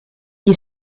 gli